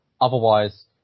otherwise